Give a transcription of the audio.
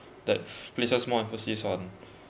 that places more emphasis on